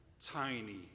tiny